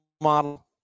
model